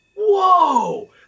whoa